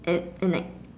and and like